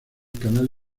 canal